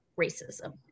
racism